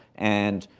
and